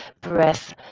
breath